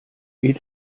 eat